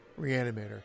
Reanimator